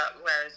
whereas